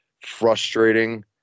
frustrating